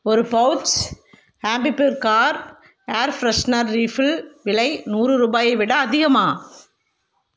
ஒரு pouch Ambi Pur car air freshener refill விலை நூறு ரூபாயை விட அதிகமா